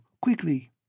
Quickly